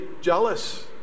jealous